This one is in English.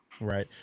right